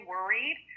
Worried